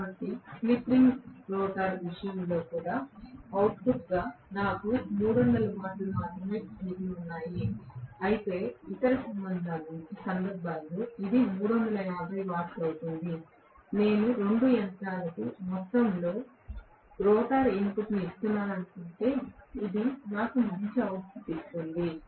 కాబట్టి slip ring rotor విషయంలో అవుట్పుట్గా నాకు 300 వాట్స్ మాత్రమే మిగిలి ఉన్నాయి అయితే ఇతర సందర్భాల్లో ఇది 350 వాట్స్ అవుతుంది నేను రెండు యంత్రాలకు ఒకే మొత్తంలో రోటర్ ఇన్పుట్ ఇస్తున్నానని అనుకుంటే ఇది నాకు మంచి అవుట్పుట్ ఇస్తుంది